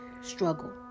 struggle